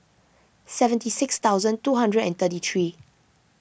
seventy six thousand two hundred and thirty three